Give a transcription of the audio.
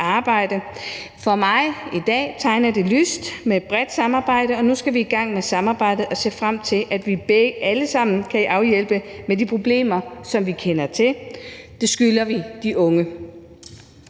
arbejde. For mig i dag tegner det lyst med et bredt samarbejde. Nu skal vi i gang med samarbejdet og se frem til, at vi alle sammen kan afhjælpe de problemer, som vi kender til. Det skylder vi de unge.